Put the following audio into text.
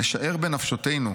נשער בנפשותינו: